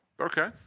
Okay